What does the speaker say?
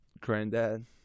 granddad